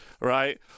right